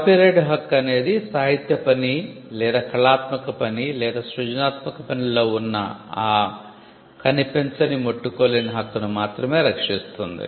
copyright హక్కు అనేది సాహిత్య పని లేదా కళాత్మక పని లేదా సృజనాత్మక పనిలో వున్న ఆ 'కనిపించనిముట్టుకోలేని' హక్కును మాత్రమే రక్షిస్తుంది